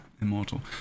immortal